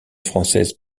française